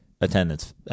Attendance